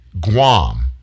Guam